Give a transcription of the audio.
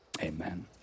Amen